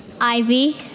Ivy